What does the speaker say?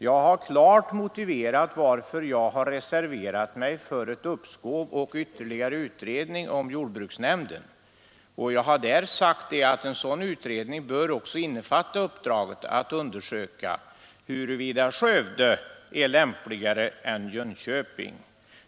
Jag har klart motiverat varför jag har reserverat mig för ett uppskov och en ytterligare utredning om jordbruksnämnden, och jag har sagt att en sådan utredning också bör innefatta uppdraget att undersöka huruvida Skövde är lämpligare än Jönköping.